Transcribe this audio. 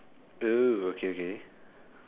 oh okay okay